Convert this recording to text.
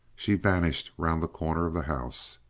she vanished round the corner of the house.